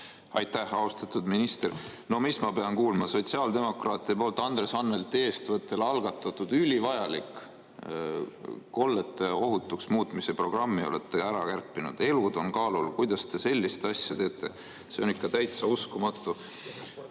Aitäh! Austatud minister! No mis ma pean kuulma – sotsiaaldemokraatide poolt Andres Anvelti eestvõttel algatatud ülivajaliku kollete ohutuks muutmise programmi olete ära kärpinud! Elud on kaalul. Kuidas te sellist asja teete! See on ikka täitsa uskumatu.